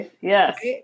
Yes